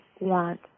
want